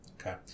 okay